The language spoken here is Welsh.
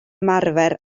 ymarfer